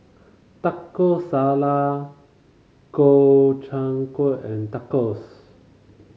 Taco Sala Gobchang Gui and Tacos